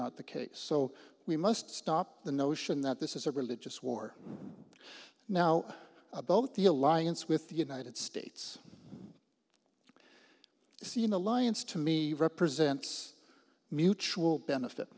not the case so we must stop the notion that this is a religious war now both the alliance with the united states seen alliance to me represents mutual benefit